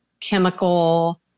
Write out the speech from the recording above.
chemical